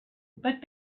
but